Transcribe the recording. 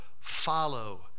follow